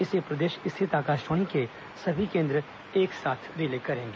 इसे प्रदेश स्थित आकाशवाणी के सभी केंद्र एक साथ रिले करेंगे